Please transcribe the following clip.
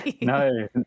no